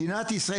מדינת ישראל,